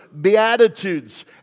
beatitudes